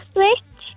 Switch